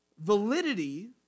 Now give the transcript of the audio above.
validity